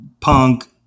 punk